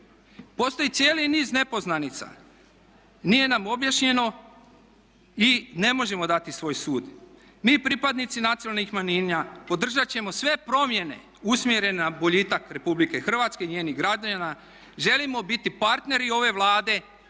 Postoji cijeli niz nepoznanica, nije nam objašnjeno i ne možemo dati svoj sud. Mi pripadnici nacionalnih manjina podržat ćemo sve promjene usmjerene na boljitak RH i njenih građana. Želimo biti partneri ove Vlade